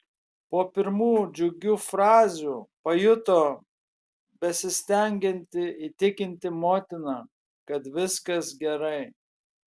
po pirmų džiugių frazių pajuto besistengianti įtikinti motiną kad viskas gerai